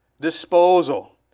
disposal